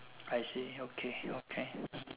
I see okay okay hmm